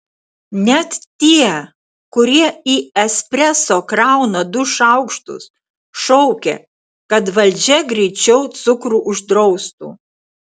net tie kurie į espreso krauna du šaukštus šaukia kad valdžia greičiau cukrų uždraustų